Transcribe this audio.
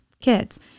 kids